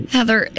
Heather